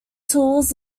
tools